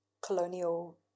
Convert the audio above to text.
colonial